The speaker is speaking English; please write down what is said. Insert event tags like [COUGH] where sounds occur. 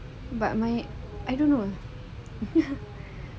but my I don't know [LAUGHS]